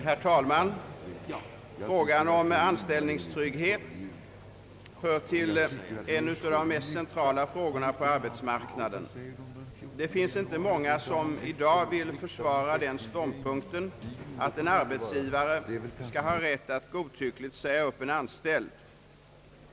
Herr talman! Frågan om anställningstrygghet är en av de mest centrala frågorna på arbetsmarknaden. Det finns inte många som i dag vill försvara den ståndpunkten, att en arbetsgivare skall ha rätt att godtyckligt säga upp en anställd.